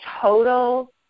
total